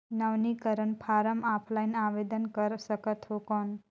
नवीनीकरण form offline आवेदन कर सकत हो कौन?